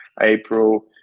April